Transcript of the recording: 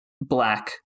black